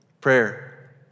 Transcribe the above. Prayer